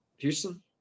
Houston